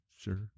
sure